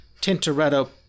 Tintoretto